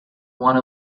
one